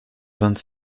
vingt